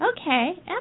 Okay